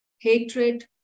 hatred